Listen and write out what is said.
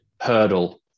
hurdle